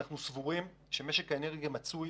אנחנו סבורים שמשק האנרגיה מצוי